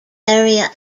area